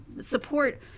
support